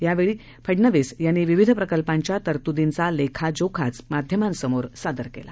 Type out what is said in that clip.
त्यावेळीफडनवीसयांनीविविधप्रकल्पांच्यातरतुर्दीचालेखाजोखाचमाध्यमांसमोरसादरकेला